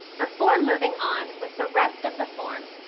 before moving on with the rest of the form,